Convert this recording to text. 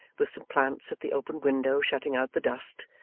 with some plants at the open window shutting out the dust,